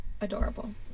adorable